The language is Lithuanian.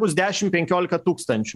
bus dešim penkiolika tūkstančių